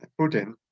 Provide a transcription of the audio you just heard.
Putin